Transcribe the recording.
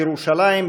לירושלים,